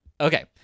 Okay